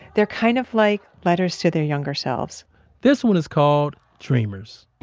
they're kind of like letters to their younger selves this one is called, dreamers.